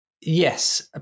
Yes